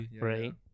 Right